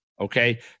okay